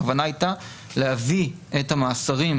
הכוונה הייתה להביא את המאסרים,